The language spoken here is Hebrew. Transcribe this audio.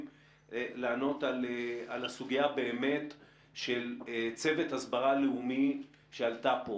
לענות על הסוגיה באמת של צוות הסברה לאומי שעלתה פה.